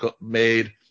made